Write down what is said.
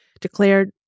declared